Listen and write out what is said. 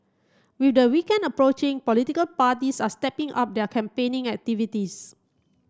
with the weekend approaching political parties are stepping up their campaigning activities